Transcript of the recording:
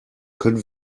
können